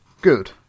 Good